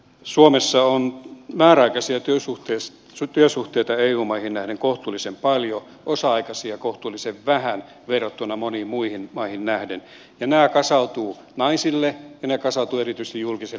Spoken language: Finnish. suomessa on määräaikaisia työsuhteita eu maihin nähden kohtuullisen paljon ja osa aikaisia kohtuullisen vähän verrattuna moniin muihin maihin ja nämä kasautuvat naisille ja nämä kasautuvat erityisesti julkiselle sektorille